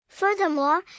Furthermore